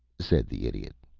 said the idiot.